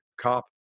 cop